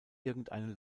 irgendeine